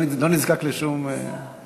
לא נזקק לשום דבר בכתב.